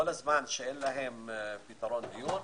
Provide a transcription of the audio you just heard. כל זמן שאין להם פתרון דיור,